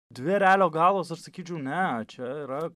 dvi erelio galvos aš atsakyčiau ne čia yra